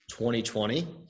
2020